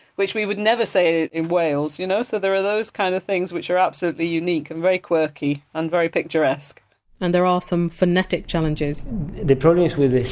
which we would never say in wales. you know so there are those kind of things which are absolutely unique and very quirky and very picturesque and there are some phonetic challenges the problem is with